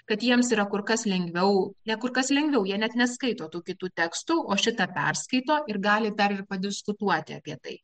kad jiems yra kur kas lengviau ne kur kas lengviau jie net neskaito tų kitų tekstų o šitą perskaito ir gali dar ir padiskutuoti apie tai